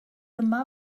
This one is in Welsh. yma